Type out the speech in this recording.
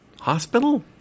hospital